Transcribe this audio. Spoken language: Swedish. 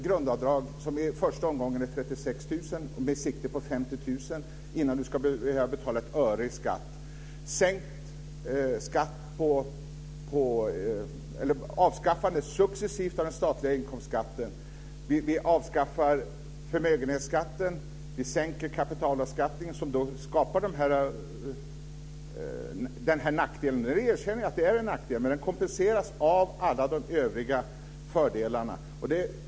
Grundavdraget är i första omgången 36 000 kr med sikte på 50 000 kr innan du ska behöva betala ett öre i skatt. Successivt avskaffande av den statliga inkomstskatten. Vi avskaffar förmögenhetsskatten. Vi sänker kapitalbeskattningen, som skapar den här nackdelen. Jag erkänner att det är en nackdel, men den kompenseras av alla fördelarna i övrigt.